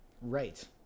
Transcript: Right